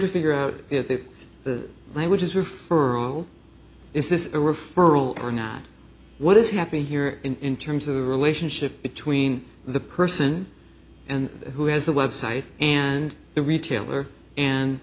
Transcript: to figure out if the language is referral is this a referral or not what is happening here in terms of the relationship between the person and who has the website and the retailer and